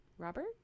Robert